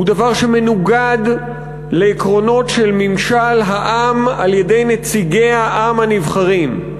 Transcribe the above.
הוא דבר שמנוגד לעקרונות של ממשל העם על-ידי נציגי העם הנבחרים.